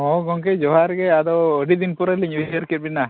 ᱦᱳᱭ ᱜᱚᱢᱠᱮ ᱡᱚᱦᱟᱨ ᱜᱮ ᱟᱫᱚ ᱟᱹᱰᱤ ᱫᱤᱱ ᱯᱚᱨᱮ ᱞᱤᱧ ᱩᱭᱦᱟᱹᱨ ᱠᱮᱫ ᱵᱤᱱᱟ